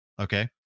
Okay